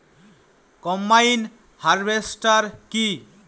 Combine harvester কি?